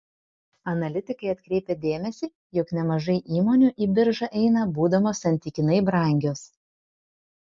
analitikai atkreipia dėmesį jog nemažai įmonių į biržą eina būdamos santykinai brangios